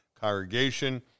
congregation